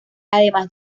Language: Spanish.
además